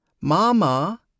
Mama